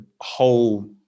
whole